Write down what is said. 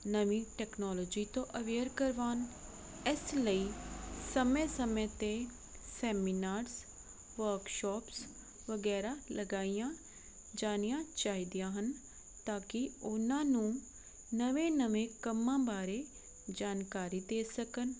ਨਵੀਂ ਟੈਕਨੋਲੋਜੀ ਤੋਂ ਅਵੇਅਰ ਕਰਵਾਉਣ ਇਸ ਲਈ ਸਮੇਂ ਸਮੇਂ 'ਤੇ ਸੈਮੀਨਾਰਸ ਵਰਕਸ਼ੋਪਸ ਵਗੈਰਾ ਲਗਾਈਆਂ ਜਾਣੀਆਂ ਚਾਹੀਦੀਆਂ ਹਨ ਤਾਂ ਕਿ ਉਹਨਾਂ ਨੂੰ ਨਵੇਂ ਨਵੇਂ ਕੰਮਾਂ ਬਾਰੇ ਜਾਣਕਾਰੀ ਦੇ ਸਕਣ